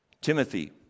Timothy